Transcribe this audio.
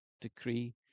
decree